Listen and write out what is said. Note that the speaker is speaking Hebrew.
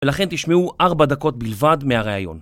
ולכן תשמעו 4 דקות בלבד מהראיון.